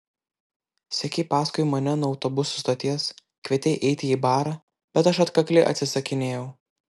sekei paskui mane nuo autobusų stoties kvietei eiti į barą bet aš atkakliai atsisakinėjau